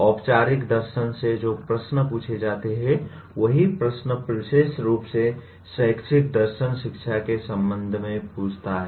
औपचारिक दर्शन से जो प्रश्न पूछे जाते हैं वही प्रश्न विशेष रूप से शैक्षिक दर्शन शिक्षा के संबंध में पूछता है